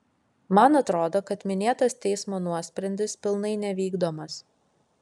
man atrodo kad minėtas teismo nuosprendis pilnai nevykdomas